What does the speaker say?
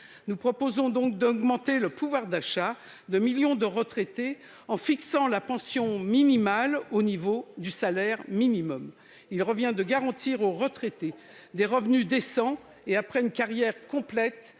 Nous proposons donc d'augmenter le pouvoir d'achat de millions de retraités en fixant la pension minimale au niveau du salaire minimum. Il convient de garantir aux retraités des revenus décents et de leur permettre